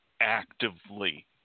actively